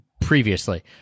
previously